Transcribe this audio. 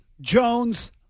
Jones